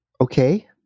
Okay